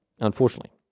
unfortunately